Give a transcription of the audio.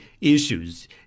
issues